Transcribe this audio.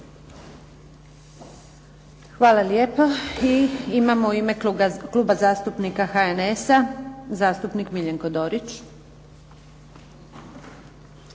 Hvala lijepo. I imamo u ime Kluba zastupnika HNS-a, zastupnik Miljenko Dorić.